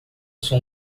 sou